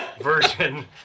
version